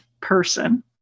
person